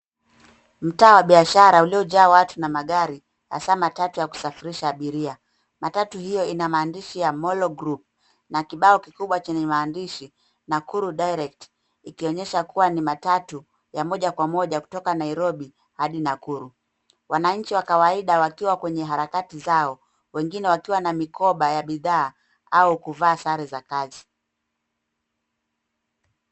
Mtaa wa biashara uliojaa watu na magari, hasa matatu ya kusafirisha abiria. Matatu hiyo ina maandishi ya molo group na kibao kikubwa chenye maandishi Nakuru direct ikionyesha kuwa ni matatu ya moja kwa moja kutoka nairobi hadi nakuru. Wananchi wa kawaida wakiwa kwenye harakati zao wengine wakiwa na mikoba ya bidhaa au kuvaa sare za kazi.